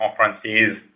conferences